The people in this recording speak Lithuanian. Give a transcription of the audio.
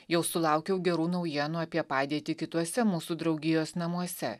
jau sulaukiau gerų naujienų apie padėtį kituose mūsų draugijos namuose